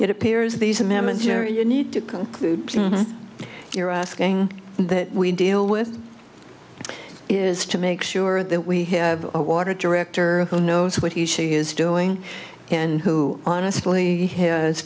it appears these amendments you know you need to you're asking that we deal with is to make sure that we have a water director who knows what he she is doing and who honestly has